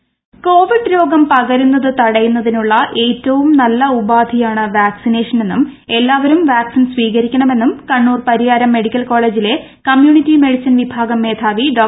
ജയശ്രീ ഇൻഡ്രോ കോവിഡ് രോഗം പകരൂന്നത് തടയുന്നതിനുള്ള ഏറ്റവും നല്ല ഉപാധിയാണ് വാക്സ്ത്രീന്ദേഷനെന്നും എല്ലാവരും വാക്സിൻ സ്വീകരിക്കണമെന്നും കണ്ണൂർ പരിയാരം മെഡിക്കൽ കോളേജിലെ കമ്മ്യൂണിറ്റി മെഡിസിൻ വിഭാഗം മേധാവി ഡോ